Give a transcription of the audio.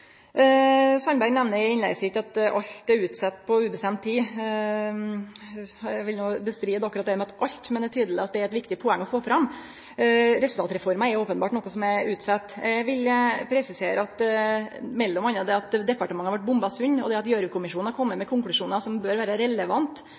Sandberg nemner i innlegget sitt at alt er utsett på ubestemt tid. Eg vil nekte for akkurat «alt», men det er tydeleg at det er eit viktig poeng å få fram. Resultatreforma er openbert noko som er utsett. Eg vil m.a. presisere at det at departementet har vorte bomba sund og at Gjørv-kommisjonen har kome med konklusjonar som bør vere relevante for kva vi gjer framover i justiskomiteen, er